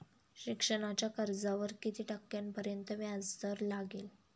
शिक्षणाच्या कर्जावर किती टक्क्यांपर्यंत व्याजदर लागेल?